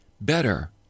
better